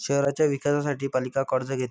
शहराच्या विकासासाठी पालिका कर्ज घेते